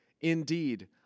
Indeed